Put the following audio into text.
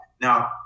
Now